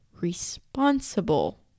responsible